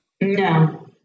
no